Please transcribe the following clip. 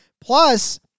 Plus